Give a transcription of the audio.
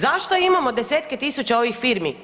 Zašto imamo desetke tisuća ovih firmi?